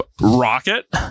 rocket